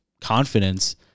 confidence